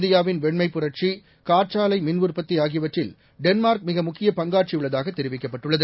இந்தியாவின் வெண்மைப் புரட்சி காற்றாலை மின் உற்பத்தி ஆகியவற்றில் டென்மா்க் மிக முக்கிய பங்காற்றியுள்ளதாக தெரிவிக்கப்பட்டுள்ளது